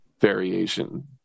variation